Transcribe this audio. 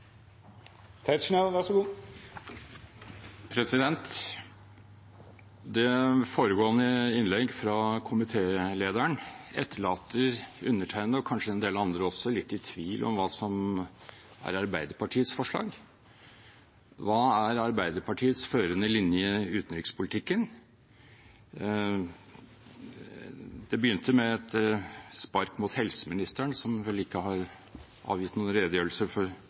Det foregående innlegg, fra komitélederen, etterlater undertegnede og kanskje en del andre også litt i tvil om hva som er Arbeiderpartiets forslag – hva er Arbeiderpartiets førende linje i utenrikspolitikken? Det begynte med et spark mot helseministeren, som vel ikke har avgitt noen redegjørelse for